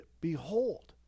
behold